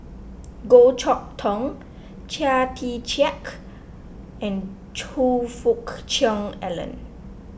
Goh Chok Tong Chia Tee Chiak and Choe Fook Cheong Alan